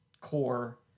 core